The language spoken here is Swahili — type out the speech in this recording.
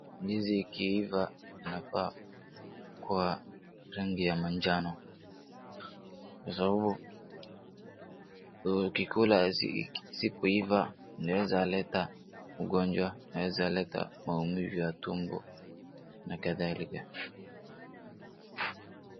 Ndizi ikiiva inafaa kuwa rangi ya manjano kwa sababu ukikula isipoiva inaweza leta ugonjwa, inaweza leta maumivu ya tumbo na kadhalika.